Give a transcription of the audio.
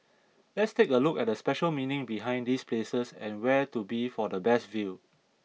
let's take a look at the special meaning behind these places and where to be for the best view